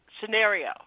scenario